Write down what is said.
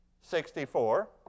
sixty-four